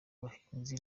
bahinzi